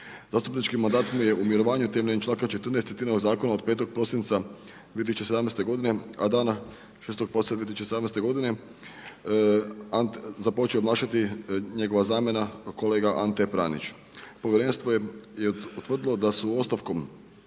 Zastupničkim mandatom je u mirovanju temeljem čl. 14. citiranog Zakona od 5. prosinca 2017.-te godine, a dana 6. prosinca 2017.-te godine započeo obnašati njegova zamjena kolega Ante Pranić. Povjerenstvo je utvrdilo da su ostavkom